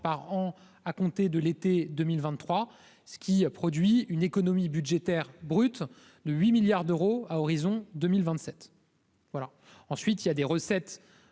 par an à compter de l'été 2023 ce qui produit une économie budgétaire brut de 8 milliards d'euros à horizon 2027. Voilà, ensuite il y a des recettes